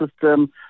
system